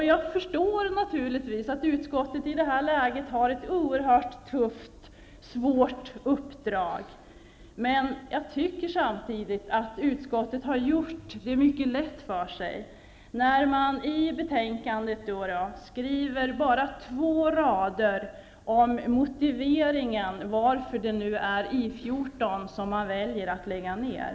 Jag förstår naturligtvis att utskottet i det här läget har ett oerhört tufft, svårt uppdrag, men jag tycker samtidigt att utskottet har gjort det mycket lätt för sig när man i betänkandet skriver bara två rader om motiveringen till varför det är I 14 som man väljer att lägga ner.